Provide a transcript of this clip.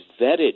vetted